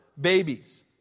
babies